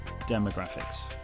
demographics